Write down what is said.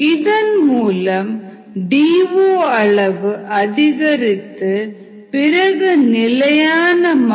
இதன் மூலம் D O அளவு அதிகரித்து பிறகு நிலையான மதிப்பான 1